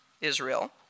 Israel